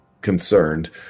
concerned